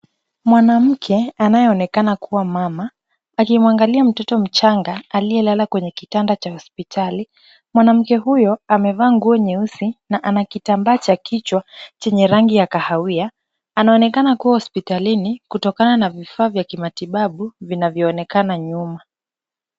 Mwanamke anayeonekana kuwa mama, akimuangalia mtoto mchanga aliyelala kwenye kitanda cha hospitali. Mwanamke huyo amevaa nguo nyeusi na ana kitambaa cha kichwa chenye rangi ya kahawia, anaonekana kuwa hospitalini kutokana na vifaa vya kimatibabu vinavyoonekana nyuma.